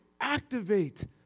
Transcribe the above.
activate